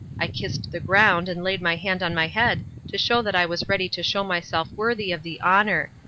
i kissed the ground and laid my hand on my head to show that i was ready to show myself worthy of the honour.